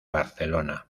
barcelona